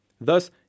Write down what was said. Thus